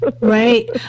right